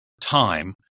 time